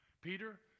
Peter